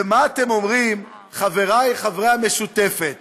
ומה אתם אומרים, חבריי חברי המשותפת,